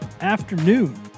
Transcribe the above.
afternoon